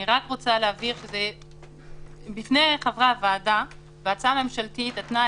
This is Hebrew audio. אני רוצה להבהיר שבפני חברי הוועדה בהצעה הממשלתית התנאי